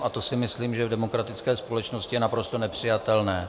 A to si myslím, že v demokratické společnosti je naprosto nepřijatelné.